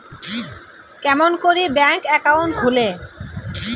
কেমন করি bank account খুলে?